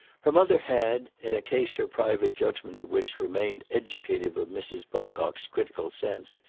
her mother had, in a case her private judgement of which remained educative of mrs. pocock's critical sense,